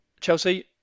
Chelsea